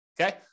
Okay